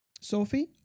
Sophie